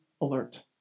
alert